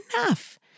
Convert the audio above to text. enough